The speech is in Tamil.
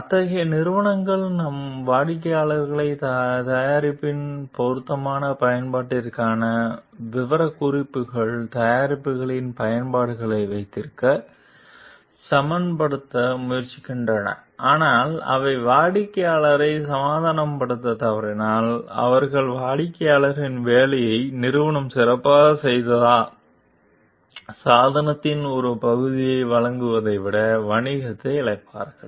அத்தகைய நிறுவனங்கள் தங்கள் வாடிக்கையாளர்களை தயாரிப்பின் பொருத்தமான பயன்பாட்டிற்கான விவரக்குறிப்புகளுக்குள் தயாரிப்புகளின் பயன்பாடுகளை வைத்திருக்க சமாதானப்படுத்த முயற்சிக்கின்றன ஆனால் அவை வாடிக்கையாளரை சமாதானப்படுத்தத் தவறினால் அவர்கள் வாடிக்கையாளரின் வேலையை நிறுவனம் சிறப்பாகச் செய்யாத சாதனத்தின் ஒரு பகுதியை வழங்குவதை விட வணிகத்தை இழப்பார்கள்